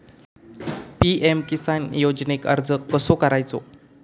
PM Kisan योजनेक अर्ज कसो करायचो?